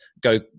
Go